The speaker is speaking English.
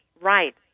right